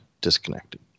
disconnected